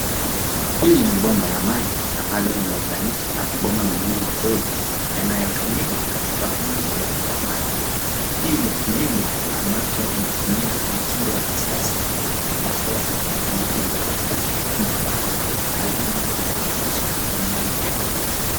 Hili ni bomba la maji ambalo limeunganishwa na mabomba mengine madogo yanayotumiwa katika unyunyiziaji wa maji. Hii ni kilimo ambacho inatumia mitindo ya kisasa ambapo wanapeleka maji katika sehemu ambazo hazina maji ya kutosha kwa minajili ya kilimo.